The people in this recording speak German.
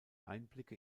einblicke